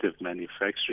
manufacturing